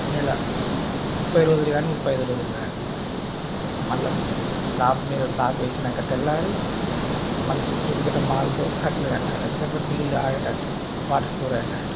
నెల ముప్ఫై రోజులు కానీ ముప్ఫై ఐదు రోజులు కానీ మళ్ళా స్లాబ్ మీద స్లాబ్ వేసినాక తెల్లారి మళ్ళా చుట్టు ఇట్టా మాల్తో కట్టలు కట్టాలి ఎందుకంటే నీళ్ళు ఆగేటట్టు వాటర్ క్యూర్ అయ్యేటట్టు